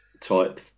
type